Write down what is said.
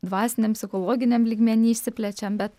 dvasiniam psichologiniam lygmeny išsiplečiam bet